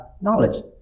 knowledge